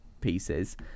pieces